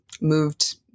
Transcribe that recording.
moved